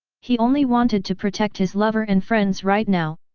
he only wanted to protect his lover and friends right now,